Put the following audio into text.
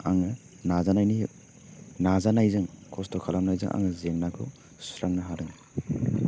आङो नाजानायनि नाजानायजों खस्थ' खालामनायजों आङो जेंनाखौ सुस्रांनो हादों